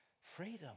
freedom